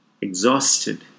exhausted